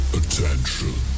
attention